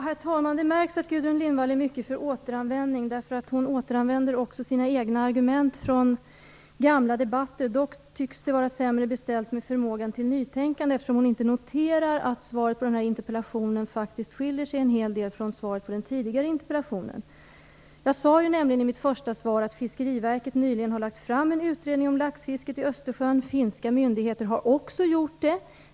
Herr talman! Det märks att Gudrun Lindvall är mycket för återanvändning, därför att hon återanvänder också sina egna argument från gamla debatter. Dock tycks det vara sämre beställt med förmågan till nytänkande, eftersom hon inte noterar att svaret på den här interpellationen skiljer sig en hel del från svaret på den tidigare interpellationen. Jag sade nämligen i mitt svar att Fiskeriverket nyligen har lagt fram en utredning om laxfisket i Östersjön och att finska myndigheter också har gjort det.